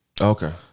Okay